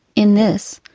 in this,